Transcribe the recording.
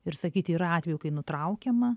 ir sakyti yra atvejų kai nutraukiama